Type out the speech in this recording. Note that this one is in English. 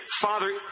Father